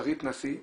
שרית נשיא,